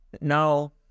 Now